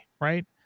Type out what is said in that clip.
right